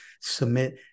submit